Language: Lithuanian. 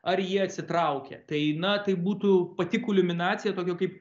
ar ji atsitraukia tai na tai būtų pati kulminacija tokia kaip